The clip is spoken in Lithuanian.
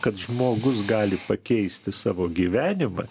kad žmogus gali pakeisti savo gyvenimą